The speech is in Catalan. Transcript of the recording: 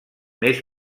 més